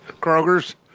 Kroger's